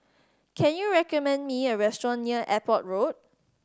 can you recommend me a restaurant near Airport Road